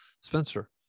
Spencer